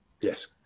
Yes